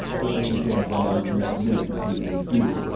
but they can change their minds the next minute and treat you as jews.